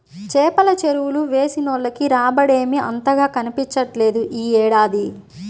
చేపల చెరువులు వేసినోళ్లకి రాబడేమీ అంతగా కనిపించట్లేదు యీ ఏడాది